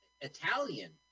Italian